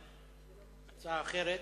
הצעה אחרת.